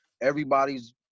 Everybody's